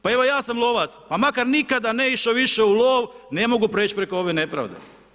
Pa evo, ja sam lovac, pa makar nikada ne išao više u lov, ne mogu preći preko ove nepravde.